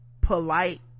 polite